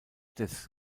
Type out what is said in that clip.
des